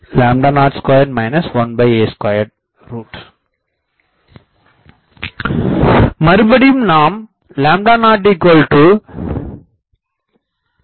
TE10402 1a212 மறுபடியும் நாம் 0 3